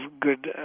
good